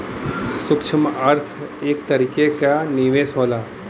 सूक्ष्म अर्थ एक तरीके क निवेस होला